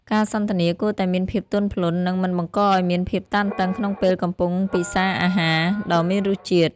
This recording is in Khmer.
ការសន្ទនាគួរតែមានភាពទន់ភ្លន់ និងមិនបង្កឱ្យមានភាពតានតឹងក្នុងពេលកំពុងពិសារអាហារដ៏មានរសជាតិ។